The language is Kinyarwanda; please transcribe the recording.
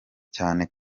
cyane